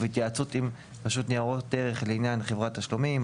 ובהתייעצות עם רשות ניירות ערך לעניין חברת תשלומים";